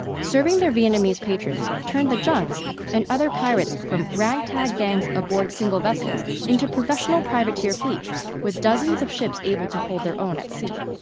serving their vietnamese patrons turned the zhengs and other pirates from ragtag gangs aboard single vessels into professional privateer fleets with dozens of ships able to hold their own at sea.